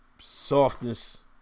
softness